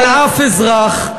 על אף אזרח,